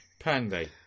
Pandey